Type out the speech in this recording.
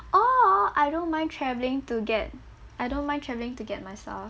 or I don't mind traveling to get I don't mind traveling to get myself